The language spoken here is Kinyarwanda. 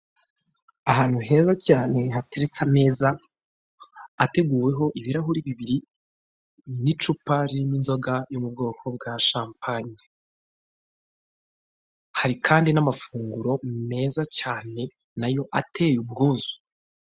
Ahantu heza cyane haturitse ameza ateguweho ibirahuri bibiri n'icupa ririmo inzoga yo mu bwoko bwa champanye hari kandi n'amafunguro meza cyane nayo ateye ubwuzu.